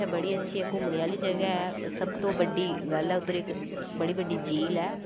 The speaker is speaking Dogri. उत्थे बड़ी अच्छी घूमने आह्ली जगह् ऐ सबतों बड्डी गल्ल ऐ उद्धर इक बड़ी बड्डी झील ऐ